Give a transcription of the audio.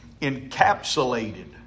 encapsulated